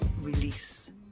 release